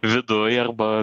viduj arba